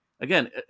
again